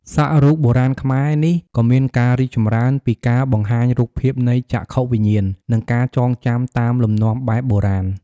សាក់រូបបុរាណខ្មែរនេះក៏មានការរីកចម្រើនពីការបង្ហាញរូបភាពនៃចក្ខុវិញ្ញាណ និងការចងចាំតាមលំនាំបែបបុរាណ។